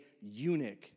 eunuch